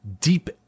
deep